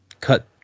cut